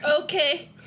Okay